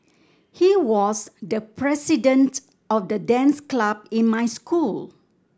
he was the president of the dance club in my school